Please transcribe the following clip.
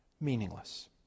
meaningless